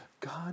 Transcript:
God